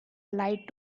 light